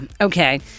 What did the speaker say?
okay